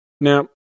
Now